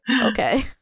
okay